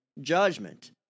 judgment